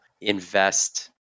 invest